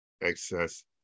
excess